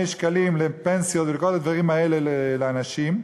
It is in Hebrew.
שקלים לפנסיות ולכל הדברים האלה לאנשים,